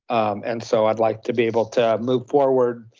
and so i'd like to be able to move forward